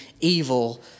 evil